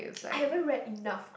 I haven't read enough